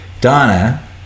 Dana